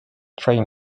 train